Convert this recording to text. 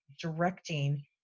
directing